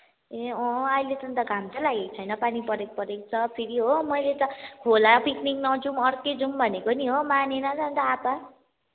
ए अँ अहिलेसम्म त घाम त लागेको छैन पानी परेको पऱ्यै छ हो फेरि हो मैले त खोला पिकनिक नजाऔँ अर्कै जाऔँ भनेको नि हो मानेन अनि त आप्पा